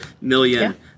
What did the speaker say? million